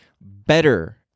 better